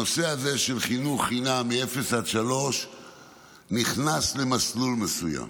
הנושא הזה של חינוך חינם מלילה עד גיל נכנס למסלול מסוים.